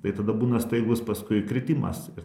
tai tada būna staigus paskui kritimas ir